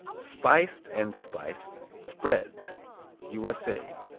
spiced and spiced spreads u s a.